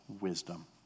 wisdom